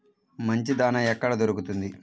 మంచి దాణా ఎక్కడ దొరుకుతుంది?